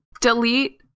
Delete